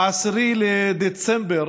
10 בדצמבר,